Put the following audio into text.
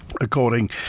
According